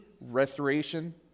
restoration